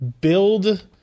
build